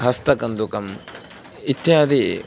हस्तकन्दुकम् इत्यादि